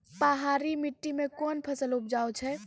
पहाड़ी मिट्टी मैं कौन फसल उपजाऊ छ?